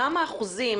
כמה אחוזים